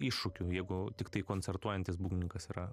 iššūkių jeigu tiktai koncertuojantis būgnininkas yra